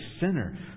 sinner